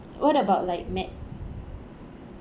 what about like mac